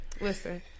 listen